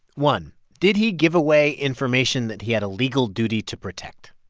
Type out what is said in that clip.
one, did he give away information that he had a legal duty to protect?